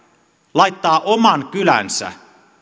laittaa oman kylänsä